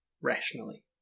rationally